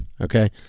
Okay